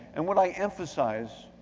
and what i emphasize